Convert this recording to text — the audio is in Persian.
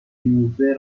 موزه